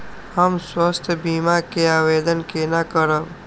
हम स्वास्थ्य बीमा के आवेदन केना करब?